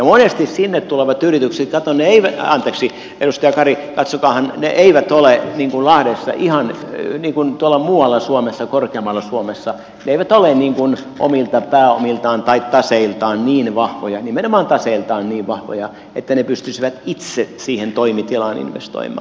monesti sinne tulevat yritykset edustaja kari katsokaahan eivät ole ihan tuolla muualla suomessa korkeammalla suomessa niin kuin lahdessa omilta pääomiltaan tai taseiltaan niin vahvoja nimenomaan taseiltaan niin vahvoja että ne pystyisivät itse siihen toimitilaan investoimaan